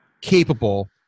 capable